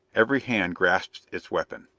every hand grasped its weapon.